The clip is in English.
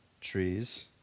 trees